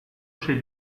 chez